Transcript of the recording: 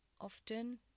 often